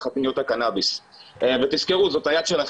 זו הייתה